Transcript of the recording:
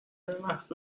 لحظه